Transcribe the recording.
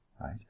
right